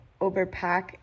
overpack